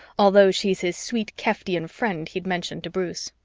although she's his sweet keftian friend he'd mentioned to bruce.